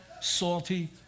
salty